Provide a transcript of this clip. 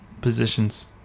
positions